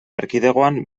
erkidegoan